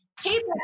tape